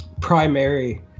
primary